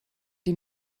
die